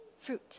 fruit